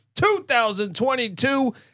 2022